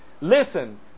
Listen